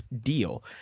deal